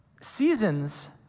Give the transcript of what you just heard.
Seasons